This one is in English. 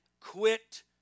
quit